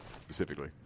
specifically